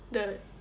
the